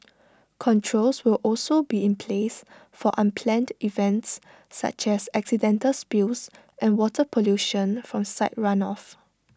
controls will also be in place for unplanned events such as accidental spills and water pollution from site runoff